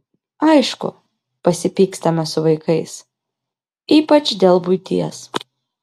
aišku pasipykstame su vaikais ypač dėl buities